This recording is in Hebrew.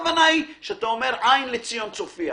דהיינו, "עין לציון צופייה".